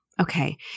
Okay